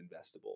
investable